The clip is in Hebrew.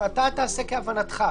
ההליכים.